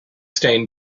stain